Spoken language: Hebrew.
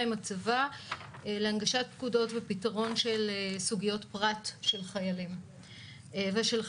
עם הצבא להנגשת פקודות ופתרון של סוגיות פרט של חיילים וחיילות.